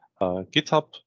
GitHub